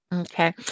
Okay